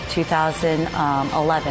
2011